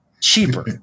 cheaper